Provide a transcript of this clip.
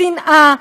שנאה,